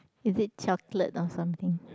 is it chocolate or something